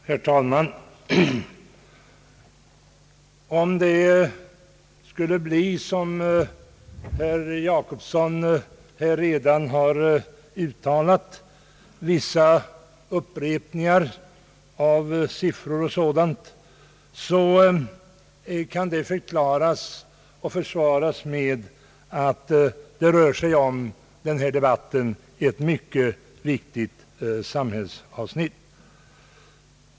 Herr talman! Om det skulle bli som herr Jacobsson redan uttalat, att vissa upprepningar av siffror och sådant skulle förekomma, så kan detta förklaras och försvaras med att debatten gäller ett mycket viktigt samhällsavsnitt.